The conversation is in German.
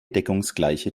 deckungsgleiche